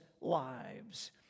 lives